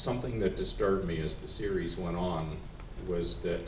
something that disturbs me is the series went on was that